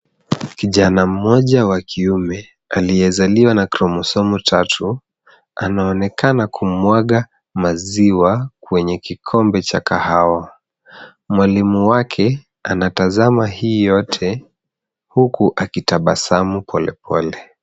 Kijana mmoja wa kiume aliyezaliwa na kromosomu tatu, anaonekana kumwaga maziwa kwenye kikombe cha kahawa. Mwalimu wake anatazama hii yote huku huku akitabasamu polepole.